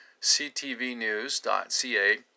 ctvnews.ca